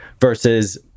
versus